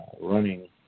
running